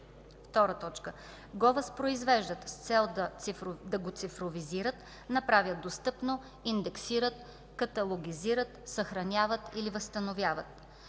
т. 10; 2. го възпроизвеждат с цел да го цифровизират, направят достъпно, индексират, каталогизират, съхранят или възстановят.